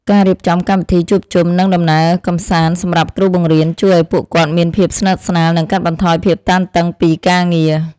ការរៀបចំកម្មវិធីជួបជុំនិងដំណើរកម្សាន្តសម្រាប់គ្រូបង្រៀនជួយឱ្យពួកគាត់មានភាពស្និទ្ធស្នាលនិងកាត់បន្ថយភាពតានតឹងពីការងារ។